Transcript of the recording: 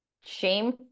Shame